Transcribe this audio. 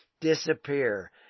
disappear